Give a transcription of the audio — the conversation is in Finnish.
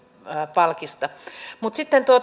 palkista mutta sitten